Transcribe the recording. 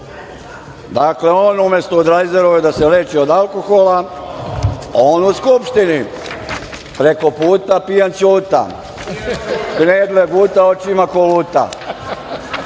Dakle, on umesto u Drajzerovoj da se leči od alkohola, on u Skupštini. Preko puta pijan Ćuta, knedle guta, očima koluta. Dame